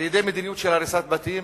על-ידי מדיניות של הריסת בתים,